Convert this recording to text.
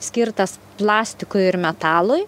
skirtas plastikui ir metalui